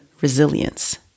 resilience